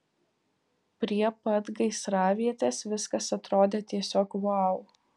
prie pat gaisravietės viskas atrodė tiesiog vau